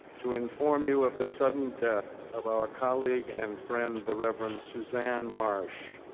to inform you of the sudden death of our colleague and friend, the reverend suzanne marsh,